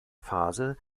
phase